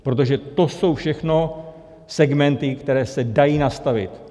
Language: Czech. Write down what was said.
Protože to jsou všechno segmenty, které se dají nastavit.